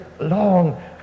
long